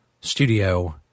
Studio